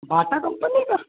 बाटा company का